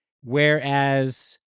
Whereas